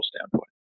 standpoint